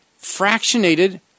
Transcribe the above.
fractionated